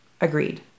Agreed